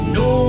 no